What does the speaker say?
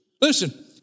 Listen